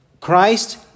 Christ